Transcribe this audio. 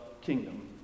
kingdom